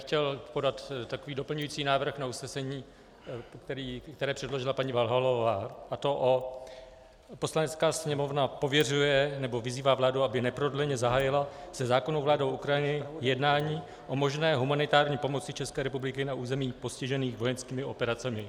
Chtěl bych podat takový doplňující návrh na usnesení, které předložila paní Váhalová, a to: Poslanecká sněmovna pověřuje, nebo vyzývá vládu, aby neprodleně zahájila se zákonnou vládou Ukrajiny jednání o možné humanitární pomoci České republiky na územích postižených vojenskými operacemi.